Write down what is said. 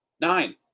nine